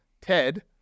Ted